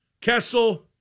Kessel